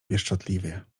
pieszczotliwie